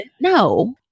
No